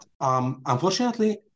Unfortunately